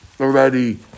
Already